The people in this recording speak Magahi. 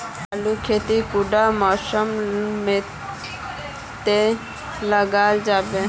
आलूर खेती कुंडा मौसम मोत लगा जाबे?